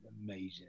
amazing